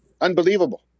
Unbelievable